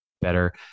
better